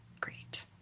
Great